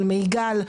של מיגל,